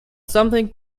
something